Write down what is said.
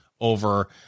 over